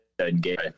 engage